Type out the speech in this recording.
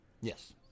Yes